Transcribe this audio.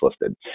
listed